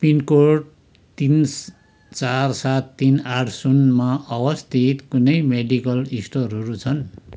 pin code तिन चार सात तिन आठ सुनमा अवस्थित कुनै मेडिकल स्टोरहरू छन्